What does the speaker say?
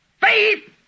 Faith